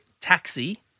taxi